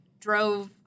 drove